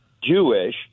Jewish